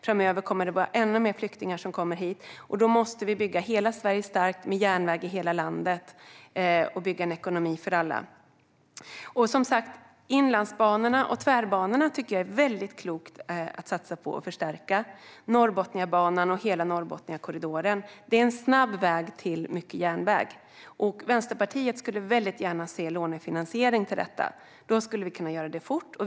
Framöver kommer det att vara ännu fler flyktingar som kommer hit. Då måste vi bygga hela Sverige starkt med järnväg i hela landet och bygga en ekonomi för alla. Det är väldigt klokt att satsa på och förstärka inlandsbanorna och tvärbanorna, Norrbotniabanan och hela Norrbotniakorridoren. Det är en snabb väg till mycket järnväg. Vänsterpartiet skulle väldigt gärna se lånefinansiering till detta. Då skulle vi kunna göra det fort.